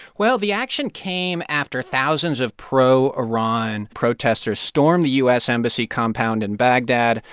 well, the action came after thousands of pro-iran protesters stormed the u s. embassy compound in baghdad,